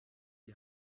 die